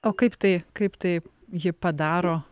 o kaip tai kaip tai ji padaro